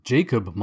Jacob